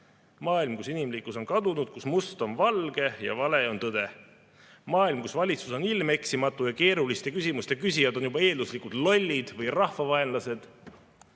maailm, kus inimlikkus on kadunud, kus must on valge ja vale on tõde. Maailm, kus valitsus on ilmeksimatu ja keeruliste küsimuste küsijad on juba eelduslikult lollid või rahvavaenlased.